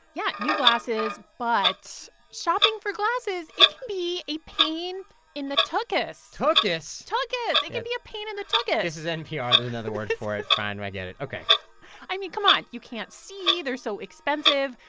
yeah, new glasses. but shopping for glasses it can be a pain in the tuckus tuckus? tuckus it can be a pain in the tuckus this is npr. there's another word for it. fine. i get it. ok i mean, come on. you can't see. they're so expensive.